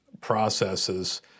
processes